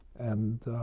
and